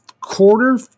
quarter